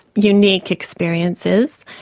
unique experiences.